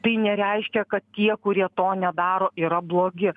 tai nereiškia kad tie kurie to nedaro yra blogi